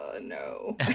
no